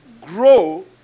grow